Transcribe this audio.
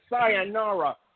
Sayonara